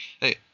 Hey